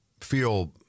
feel